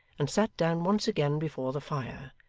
and sat down once again before the fire,